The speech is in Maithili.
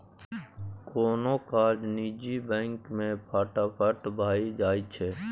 कोनो काज निजी बैंक मे फटाफट भए जाइ छै